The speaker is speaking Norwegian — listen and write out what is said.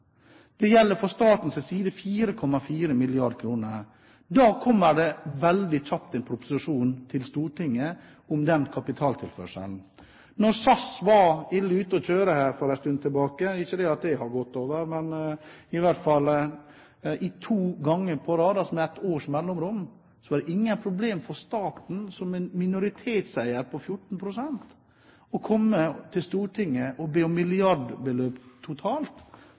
det gjelder fra statens side 4,4 mrd. kr – kommer det veldig kjapt en proposisjon til Stortinget om den kapitaltilførselen. Da SAS var ille ute her for en stund siden – ikke at det har gått over, det har skjedd to ganger på rad, med to års mellomrom – var det ingen problem for staten som minoritetseier med 14 pst. å komme til Stortinget og be om milliardbeløp totalt